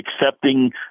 accepting